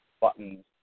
buttons